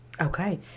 Okay